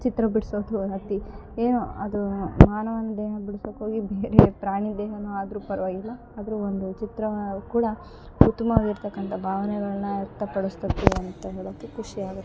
ಚಿತ್ರ ಬಿಡಿಸೋದು ಆಗಲಿ ಏನೊ ಅದು ಮಾನವನ ದೇಹ ಬಿಡ್ಸೋಕೊಗಿ ಬೇರೆ ಪ್ರಾಣಿದೇಹ ಆದರು ಪರವಾಗಿಲ್ಲ ಆದರು ಒಂದು ಚಿತ್ರ ಕೂಡ ಉತ್ತಮವಾಗಿರ್ತಕ್ಕಂಥ ಭಾವನೆಗಳ್ನ ವ್ಯಕ್ತ ಪಡಿಸ್ತದೆ ಅಂತ ಹೇಳೋಕೆ ಖುಷಿ ಆಗುತ್ತೆ